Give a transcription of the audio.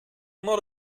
not